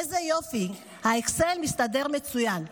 איזה יופי, האקסל מסתדר מצוין.